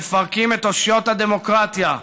מפרקים את אושיות הדמוקרטיה.